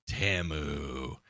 Tamu